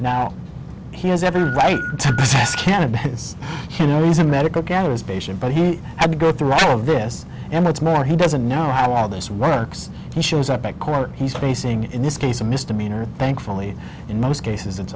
now he has every right to because you know he's a medical get it was beijing but he had to go through all of this and what's more he doesn't know how all this work he shows up at court he's facing in this case a misdemeanor thankfully in most cases it's